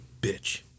bitch